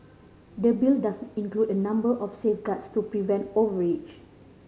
the Bill does include a number of safeguards to prevent overreach